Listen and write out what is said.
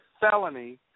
felony